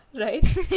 Right